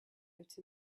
out